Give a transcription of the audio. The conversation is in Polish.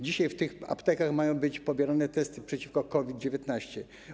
Dzisiaj w tych aptekach mają być pobierane testy przeciwko COVID-19.